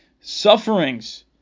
sufferings